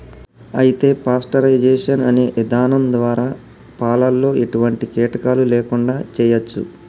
అయితే పాస్టరైజేషన్ అనే ఇధానం ద్వారా పాలలో ఎటువంటి కీటకాలు లేకుండా చేయచ్చు